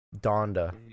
Donda